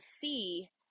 see